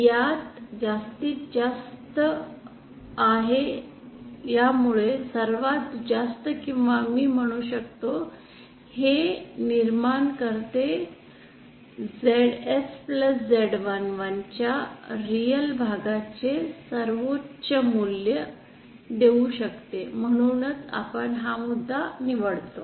यात जास्तीत जास्त आहे यामुळे सर्वात जास्त किंवा मी म्हणू शकतो हे निर्माण करते ZS Z11 च्या रिअल भागाचे सर्वोच्च मूल्य देऊ शकते म्हणूनच आपण हा मुद्दा निवडतो